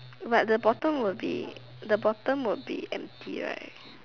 but the bottom would be the bottom would be empty right